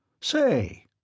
Say